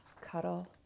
cuddle